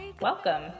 Welcome